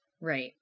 Right